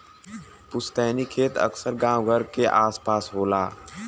पुस्तैनी खेत अक्सर गांव घर क आस पास होला